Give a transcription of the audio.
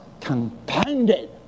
compounded